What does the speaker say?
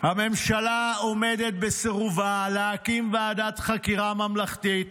הממשלה עומדת בסירובה להקים ועדת חקירה ממלכתית